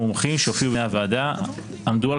המומחים שהופיעו בפני הוועדה עמדו על